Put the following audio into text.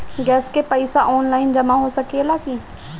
Gas के पइसा online जमा हो सकेला की?